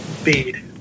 Speed